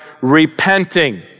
repenting